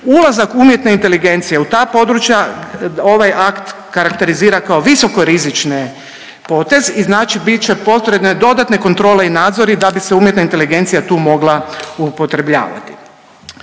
ulazak umjetne inteligencije u ta područja ovaj akt karakterizira kao visoko rizični potez i znači bit će potrebne dodatne kontrole i nadzori da bi se umjetna inteligencija tu mogla upotrebljavati.